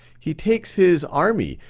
he takes his army,